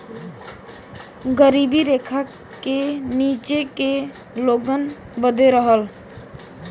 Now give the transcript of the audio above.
गरीबी रेखा के नीचे के लोगन बदे रहल